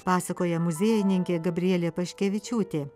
pasakoja muziejininkė gabrielė paškevičiūtė